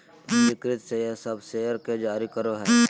पंजीकृत शेयर सब शेयर के जारी करो हइ